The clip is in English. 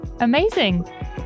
Amazing